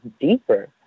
deeper